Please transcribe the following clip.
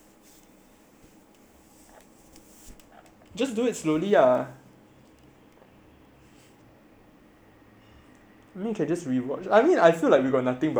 just to do slowly ah maybe can just rewatch I mean I feel like we got nothing but but time loh